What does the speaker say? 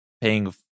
paying